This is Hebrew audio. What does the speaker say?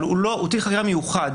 הוא תיק חקירה מיוחד